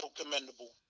commendable